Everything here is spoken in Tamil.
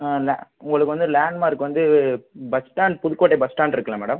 ல உங்களுக்கு வந்து லேண்ட்மார்க் வந்து bus stand Pudukkottai bus stand இருக்குதுல மேடம்